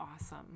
awesome